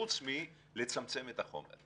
חוץ מלצמצם את החומר.